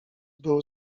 był